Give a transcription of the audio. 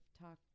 talked